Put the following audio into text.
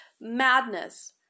madness